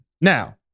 Now